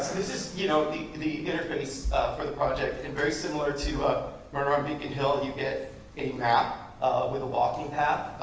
this is you know the the interface for the project. and very similar to murder on beacon hill, you get a map with a walking path.